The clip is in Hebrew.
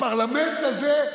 הפרלמנט הזה,